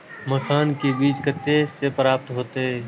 मखान के बीज कते से प्राप्त हैते?